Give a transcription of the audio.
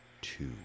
two